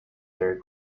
their